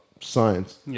science